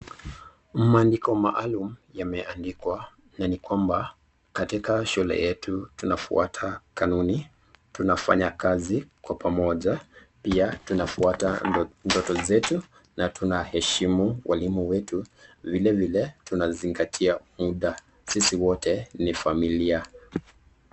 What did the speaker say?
Maandiko maalum yameandikwa nani kwamba katika shule yetu, tunafwata kanuni, tunafanya kazi kwa pamoja na pia tunafuata ndoto zetu, na heshimu walimu wetu, vilevile, tunazingatia mda. Sisi wote ni familia.